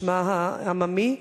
בשמה העממי,